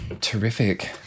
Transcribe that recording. Terrific